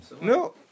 No